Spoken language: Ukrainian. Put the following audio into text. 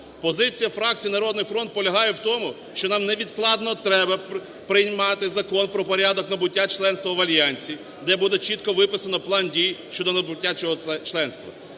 Позиція фракції "Народний фронт" полягає в тому, що нам невідкладно треба приймати Закон про порядок набуття членства в альянсі, де буде чітко виписано план дій щодо набуття цього членства.